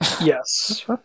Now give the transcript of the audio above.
Yes